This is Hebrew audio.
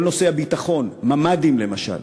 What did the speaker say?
כל נושא הביטחון, ממ"דים למשל.